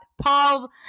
Paul